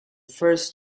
first